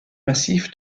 massif